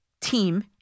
team